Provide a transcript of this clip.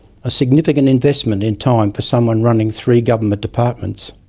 a significant investment in time for someone running three government departments.